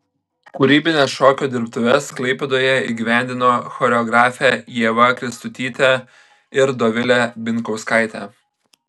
kūrybines šokio dirbtuves klaipėdoje įgyvendino choreografė ieva kristutytė ir dovilė binkauskaitė